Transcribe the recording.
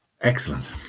Excellent